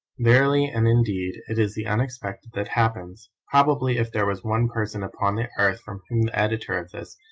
verily and indeed it is the unexpected that happens! probably if there was one person upon the earth from whom the editor of this,